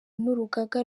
n’urugaga